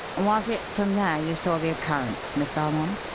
was it from there you saw the occurrence, miss valmond?